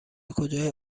کجای